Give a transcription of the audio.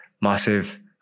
massive